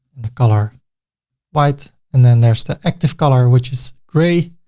and the color white. and then there's the active color, which is gray.